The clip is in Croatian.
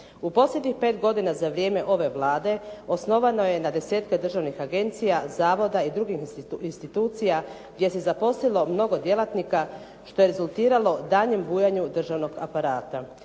U posljednjih 5 godina za vrijeme ove Vlade, osnovano je na desetke držanih agencija, zavoda i drugih institucija gdje se zaposlilo mnogo djelatnika što je rezultiralo daljnjem bujanju državnog aparata.